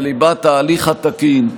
בליבת ההליך התקין,